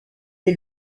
est